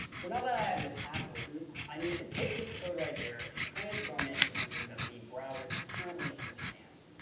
and that i have this app written, i need to take this code right here and transform it into something that the browser can currently understand.